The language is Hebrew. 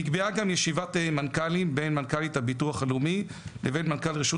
נקבעה גם ישיבת מנכ"לים בין מנכ"לית הביטוח הלאומי לבין מנכ"ל רשות